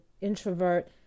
introvert